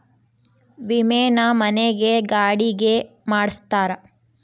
ವಿಮೆನ ಮನೆ ಗೆ ಗಾಡಿ ಗೆ ಮಾಡ್ಸ್ತಾರ